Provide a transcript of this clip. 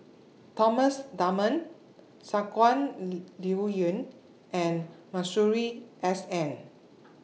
Thomas Dunman Shangguan Liuyun and Masuri S N